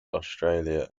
australia